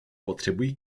potřebují